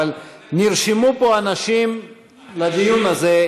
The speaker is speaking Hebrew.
אבל נרשמו פה אנשים לדיון הזה.